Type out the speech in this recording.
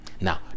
now